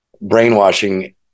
brainwashing